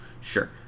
Sure